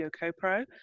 co-pro